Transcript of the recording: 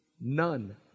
None